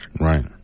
Right